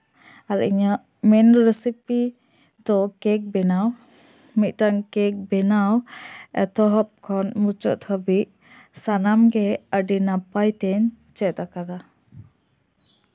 ᱟᱨ ᱤᱧᱟᱹᱜ ᱢᱮᱱ ᱨᱮᱥᱤᱯᱤ ᱫᱚ ᱠᱮᱠ ᱵᱮᱱᱟᱣ ᱢᱤᱫᱴᱟᱱ ᱠᱮᱠ ᱵᱮᱱᱟᱣ ᱮᱛᱚᱦᱚᱵ ᱠᱷᱚᱱ ᱢᱩᱪᱟᱹᱫ ᱫᱷᱟᱹᱵᱤᱡ ᱥᱟᱱᱟᱢ ᱜᱮ ᱟᱹᱰᱤ ᱱᱟᱯᱟᱭ ᱛᱮᱧ ᱪᱮᱫ ᱟᱠᱟᱫᱟ